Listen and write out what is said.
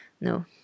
No